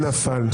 נפל.